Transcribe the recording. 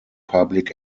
public